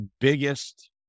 biggest